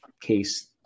case